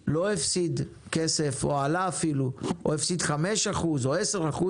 שלא הפסיד כסף או עלה או הפסיד חמישה אחוז או 10%,